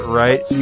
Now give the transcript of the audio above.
right